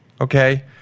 okay